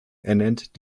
ernennt